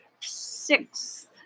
sixth